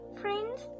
friends